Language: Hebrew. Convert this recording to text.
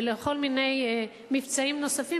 ולכל מיני מבצעים נוספים,